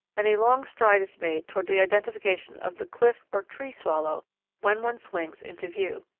and a long stride is made toward the identification of the cliff or tree swallow when one swings into view.